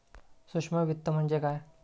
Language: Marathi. सूक्ष्म वित्त म्हणजे काय?